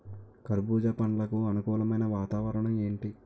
కర్బుజ పండ్లకు అనుకూలమైన వాతావరణం ఏంటి?